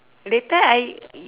later I